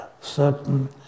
certain